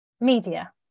media